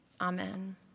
Amen